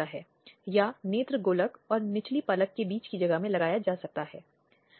तो वह जो एक निजी कार्य में शामिल एक महिला की छवि को लेने और